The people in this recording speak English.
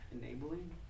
Enabling